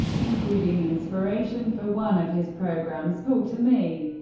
including inspiration for one of his programmes, talk to me.